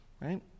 right